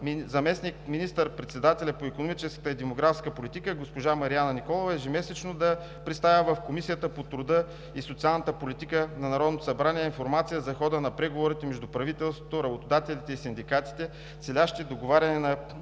заместник министър-председателя по икономическата и демографска политика госпожа Марияна Николова ежемесечно да представя в Комисията по труда, социалната и демографската политика на Народното събрание информация за хода на преговорите между правителството, работодателите и синдикатите, целящи договаряне на